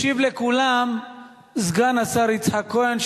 ישיב לכולם סגן השר יצחק כהן,